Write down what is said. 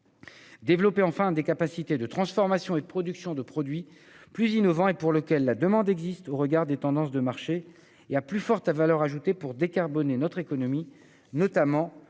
développer enfin ses capacités de transformation et de production de produits plus innovants pour lesquels la demande existe, au regard des tendances de marché, et à plus forte valeur ajoutée, pour décarboner notre économie, notamment dans la construction.